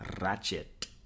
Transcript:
Ratchet